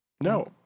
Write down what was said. no